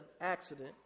accident